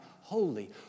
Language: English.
holy